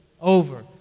over